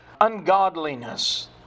ungodliness